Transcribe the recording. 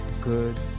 Good